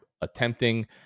attempting